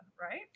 right